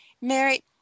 Mary